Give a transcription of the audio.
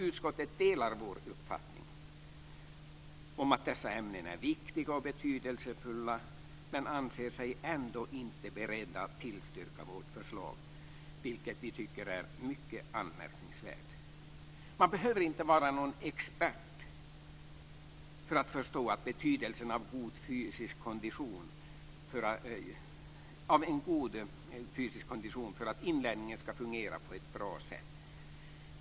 Utskottet delar vår uppfattning om att dessa ämnen är viktiga och betydelsefulla men anser sig ändå inte beredda att tillstyrka vårt förslag. Det tycker vi är mycket anmärkningsvärt. Man behöver inte vara någon expert för att förstå betydelsen av god fysisk kondition för att inlärningen ska fungera på ett bra sätt.